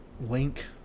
Link